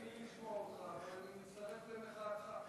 נעים לי לשמוע אותך, אבל אני מצטרף למחאתך.